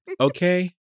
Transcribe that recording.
Okay